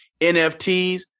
NFTs